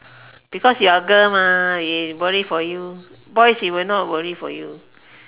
because you are girl mah worry for you if you're a boy won't worry for you